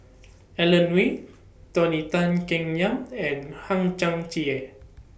Alan Oei Tony Tan Keng Yam and Hang Chang Chieh